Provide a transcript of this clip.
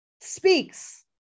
speaks